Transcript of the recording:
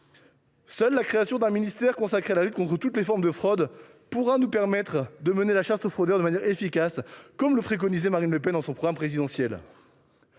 Seule la création d’un ministère consacré à la lutte contre toutes les formes de fraudes pourra nous permettre de mener la chasse aux fraudeurs de manière efficace, comme le préconisait Marine Le Pen dans son programme présidentiel.